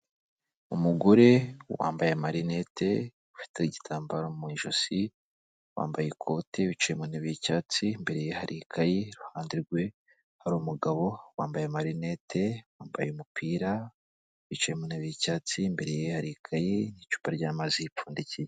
Umugore wambaye marinete ufite igitambaro mu ijosi, wambaye ikoti, wicaye ku ntebe y'icyatsi, imbere ye hari ikayi, iruhande rwe hari umugabo wambaye marinete, wambaye umupira, wicaye mu ntebe y'icyatsi, imbere ye hari ikayi, icupa ry'amazi ripfundikiye.